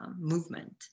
movement